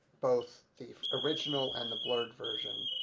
both the original and the blurred version,